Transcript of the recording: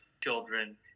children